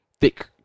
thick